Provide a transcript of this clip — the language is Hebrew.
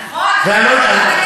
לא חוסר,